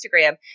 Instagram